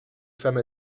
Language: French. femme